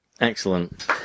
Excellent